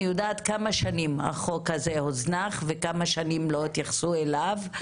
אני יודעת כמה שנים החוק הזה הוזנח וכמה שנים לא התייחסו אליו.